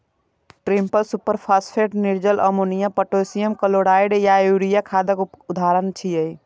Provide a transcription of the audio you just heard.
triple superphosphate, निर्जल ammonia, potassium chloride आ urea खादक उदाहरण छियै